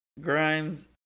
Grimes